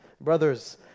Brothers